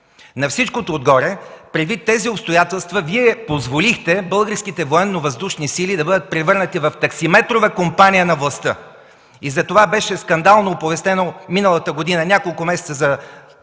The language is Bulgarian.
На всичкото отгоре предвид тези обстоятелства, Вие позволихте българските Военновъздушни сили да бъдат превърнати в таксиметрова компания на властта. Това беше скандално оповестено миналата година. Няколко месеца